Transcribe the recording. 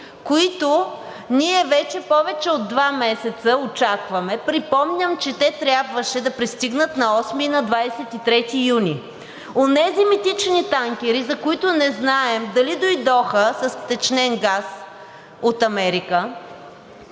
които ние вече повече от два месеца очакваме. Припомням, че те трябваше да пристигнат на 8-и и на 23 юни. Онези митични танкери, за които не знаем дали дойдоха, с втечнен газ от Америка,